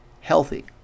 healthy